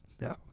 No